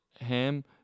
ham